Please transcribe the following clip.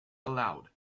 allowed